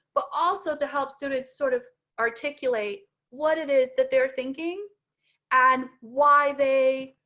but also to help students sort of articulate what it is that they're thinking and why they